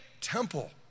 temple